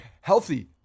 Healthy